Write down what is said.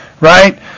right